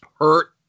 hurt